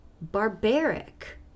barbaric